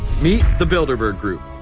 meet the bilderberg group.